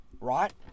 right